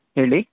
ಹೇಳಿ